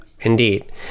Indeed